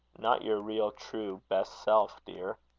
not your real, true, best self, dear.